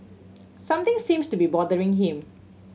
something seems to be bothering him